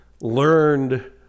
learned